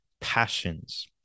passions